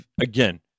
again